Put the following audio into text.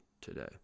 today